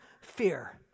fear